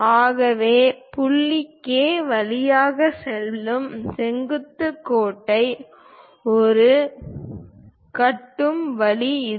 ஆகவே புள்ளி கே வழியாக செல்லும் செங்குத்து கோட்டை நாம் கட்டும் வழி இது